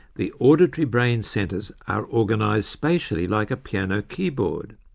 the auditory brain centres are organised spatially like a piano keyboard.